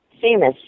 famous